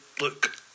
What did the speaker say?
look